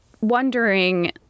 wondering